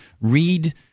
read